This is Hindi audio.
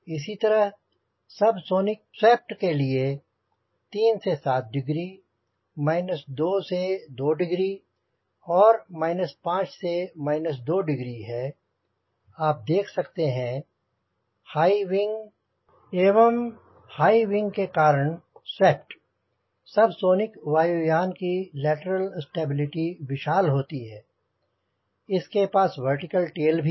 इसी तरह सबसोनिक स्वैप्ट के लिए या 3 से 7 डिग्री 2 से 2 डिग्री और 5 से 2 डिग्री है आप देख सकते हैं हाईविंग एवं हाईविंग के कारण स्वेप्ट सबसोनिक वायुयान की लैटरल स्टेबिलिटी विशाल होती है इसके पास वर्टिकल टेल भी है